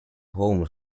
home